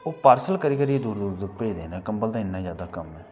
ओह् पार्सल करी करी दूर दूर भेजदे ना कंबल दा इन्ना ज्यादा कम्म ऐ